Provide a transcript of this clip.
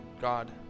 God